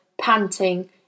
panting